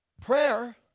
Prayer